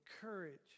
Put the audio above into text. courage